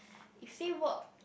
if say work